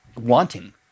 wanting